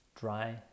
dry